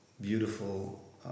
beautiful